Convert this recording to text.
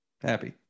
Happy